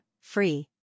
free